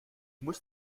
muss